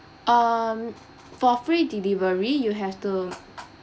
um for free delivery you have to